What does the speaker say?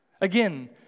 again